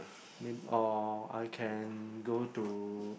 or I can go to